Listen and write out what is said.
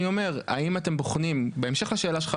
בהמשך לשאלתך,